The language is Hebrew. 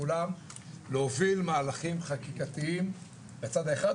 כולם להוביל מהלכים חקיקתיים בצד האחד,